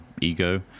ego